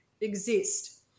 exist